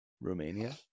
Romania